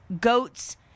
goats